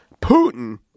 Putin